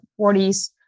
40s